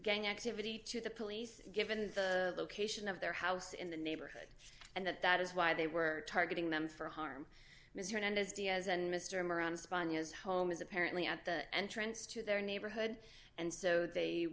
gang activity to the police given the location of their house in the neighborhood and that that is why they were targeting them for harm mr hernandez diaz and mr moran spahn his home is apparently at the entrance to their neighborhood and so they